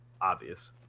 obvious